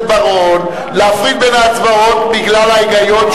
בר-און להפריד בין ההצבעות בגלל ההיגיון,